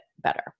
better